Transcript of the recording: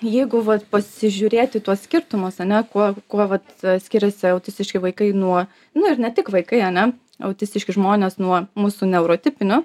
jeigu vat pasižiūrėt į tuos skirtumus ane kuo kuo vat skiriasi autistiški vaikai nuo nu ir ne tik vaikai ane autistiški žmonės nuo mūsų neurotipinių